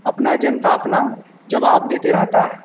अपना जनता अपने जवाब देती रहती है